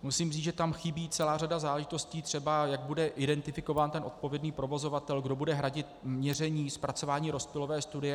Musím říct, že tam chybí celá řada záležitostí, třeba jak bude identifikován ten odpovědný provozovatel, kdo bude hradit měření, zpracování rozptylové studie atd., atd.